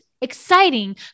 exciting